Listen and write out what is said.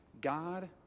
God